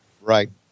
Right